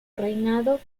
reinado